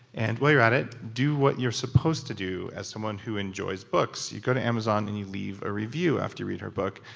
and while you're at it, do what you're supposed to do as someone who enjoys books, you go to amazon and you leave a review after you read her book.